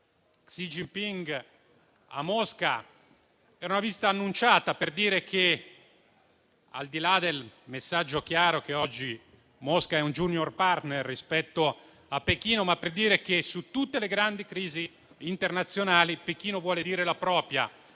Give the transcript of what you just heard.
Xi Jinping a Mosca è una visita annunciata per dire che, al di là del messaggio chiaro che oggi Mosca è un *junior partner* rispetto a Pechino, su tutte le grandi crisi internazionali Pechino vuole dire la propria,